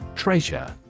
Treasure